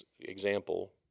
example